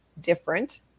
different